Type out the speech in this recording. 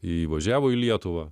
jį įvažiavo į lietuvą